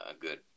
good